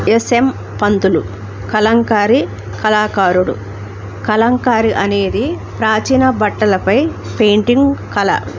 S M Pantulu kalamkari కళాకారుడు కలంకారి అనేది ప్రాచీన బట్టలపై పెయింటింగ్ కళ